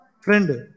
friend